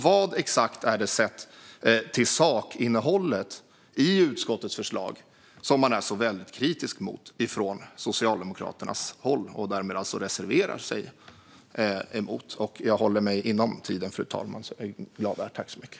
Vad exakt är det, sett till sakinnehållet i utskottets förslag, som man är så kritisk emot från Socialdemokraternas håll och som man alltså reserverar sig emot?